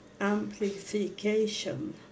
amplification